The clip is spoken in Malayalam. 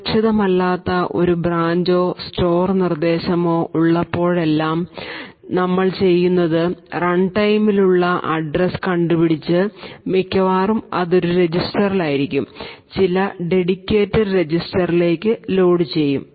സുരക്ഷിതമല്ലാത്ത ഒരു ബ്രാഞ്ചോ സ്റ്റോർ നിർദ്ദേശമോ ഉള്ളപ്പോഴെല്ലാം ഞങ്ങൾ ചെയ്യുന്നത് റൺടൈമിൽ ഉള്ള അഡ്രസ്സ് കണ്ടുപിടിച്ചു ഇത് മിക്കവാറും ഇത് ഒരു രജിസ്റ്ററിലായിരിക്കും ചില dedicated രജിസ്റ്ററിലേക്ക് ലോഡുചെയ്യും